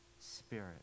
spirit